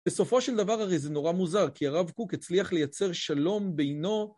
בסופו של דבר, הרי זה נורא מוזר, כי הרב קוק הצליח לייצר שלום בינו